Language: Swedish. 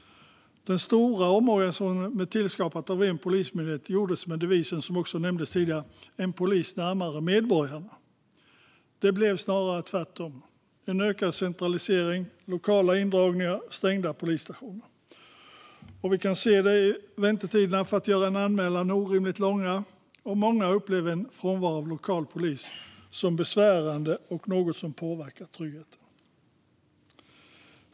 Den stora omorganisationen med skapandet av en polismyndighet gjordes med devisen - som också nämnts tidigare - "En polis närmare medborgaren". Men det blev snarare tvärtom, med en ökad centralisering, lokala indragningar och stängda polisstationer. Vi kan se att väntetiderna för att göra en anmälan är orimligt långa, och många upplever en frånvaro av lokal polis som besvärande och något som påverkar tryggheten.